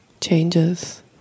changes